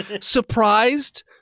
surprised